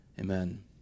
Amen